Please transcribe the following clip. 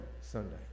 Sunday